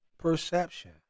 perception